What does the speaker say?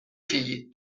figli